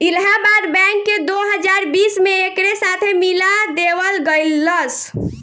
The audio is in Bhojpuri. इलाहाबाद बैंक के दो हजार बीस में एकरे साथे मिला देवल गईलस